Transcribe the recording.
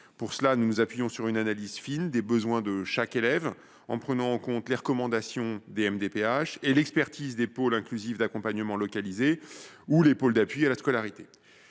Pour cela, nous nous appuyons sur une analyse fine des besoins de chaque élève, en prenant en compte les recommandations des MDPH et l’expertise des pôles inclusifs d’accompagnement localisés (Pial) ou des pôles d’appui à la scolarité.